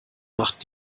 macht